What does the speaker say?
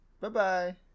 Bye-bye